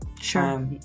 Sure